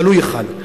תלוי אחד,